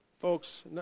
Folks